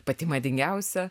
pati madingiausia